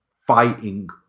fighting